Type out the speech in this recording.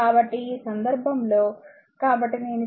కాబట్టి ఈ సందర్భంలో కాబట్టినేను చెప్పినట్లుగా p3 0